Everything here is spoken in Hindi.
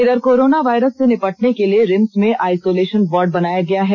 इधर कोरोना वायरस से निपटने के लिए रिम्स में आइसोलेषन वार्ड बनाया गया है